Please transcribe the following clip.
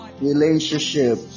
relationship